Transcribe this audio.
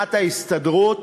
בכוונת ההסתדרות